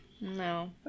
No